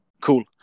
Cool